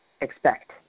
expect